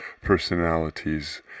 personalities